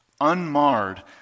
Unmarred